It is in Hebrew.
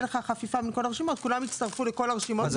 לך חפיפה מכל הרשימות וכולם יצטרפו לכל הרשימות מכל מקום.